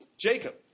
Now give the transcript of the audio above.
Jacob